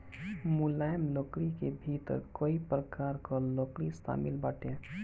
मुलायम लकड़ी के भीतर कई प्रकार कअ लकड़ी शामिल बाटे